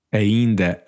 ainda